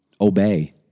obey